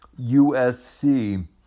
USC